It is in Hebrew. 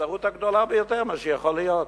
הספסרות הגדולה ביותר שיכולה להיות.